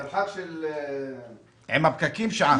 עם הפקקים, שעה.